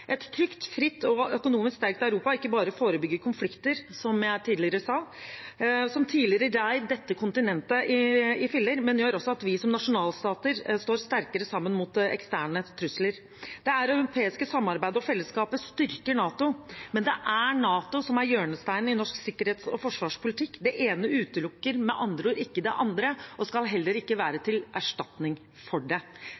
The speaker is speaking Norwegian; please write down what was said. Et trygt, fritt og økonomisk sterkt Europa ikke bare forebygger konflikter – som jeg tidligere sa – som tidligere rev dette kontinentet i filler, men gjør også at vi som nasjonalstater står sterkere sammen mot eksterne trusler. Det europeiske samarbeidet og fellesskapet styrker NATO, men det er NATO som er hjørnesteinen i norsk sikkerhets- og forsvarspolitikk. Det ene utelukker med andre ord ikke det andre og skal heller ikke være